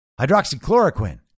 hydroxychloroquine